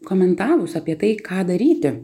komentavus apie tai ką daryti